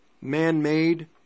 man-made